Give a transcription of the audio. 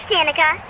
Danica